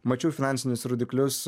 mačiau finansinius rodiklius